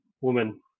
woman